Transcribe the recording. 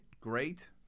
great